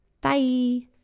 Bye